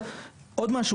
עוד משהו,